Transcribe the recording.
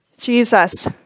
Jesus